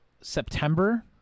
September